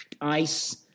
ice